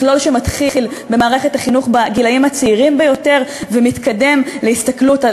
מכלול שמתחיל במערכת החינוך בגילים הצעירים ביותר ומתקדם להסתכלות על